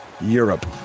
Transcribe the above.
Europe